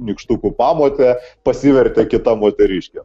nykštukų pamotė pasivertė kita moteriške